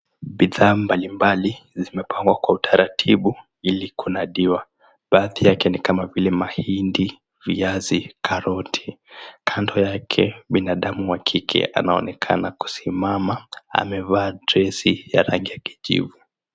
Bidhaa mbalimbali zimepangwa kwa utaratibu ili kuhifadhi. Baadhi yake ni kama vile mahindi, viazi, karoti. Kando yake binadamu wa kike anaonekana akisimama amevaa dresi ya rangi ya kijivu.